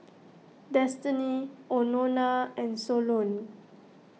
Destiny Anona and Solon